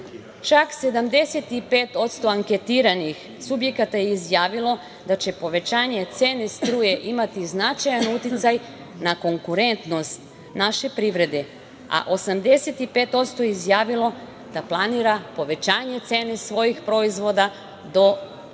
Čak 75% anketiranih subjekata je izjavilo da će povećanje cene struje imati značajan uticaj na konkurentnost naše privrede, a 85% je izjavilo da planira povećanje cene svojih proizvoda do 20%.